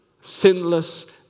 sinless